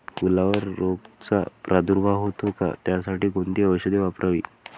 फुलावर रोगचा प्रादुर्भाव होतो का? त्यासाठी कोणती औषधे वापरावी?